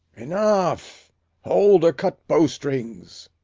enough hold, or cut bow-strings.